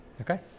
Okay